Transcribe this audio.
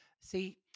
See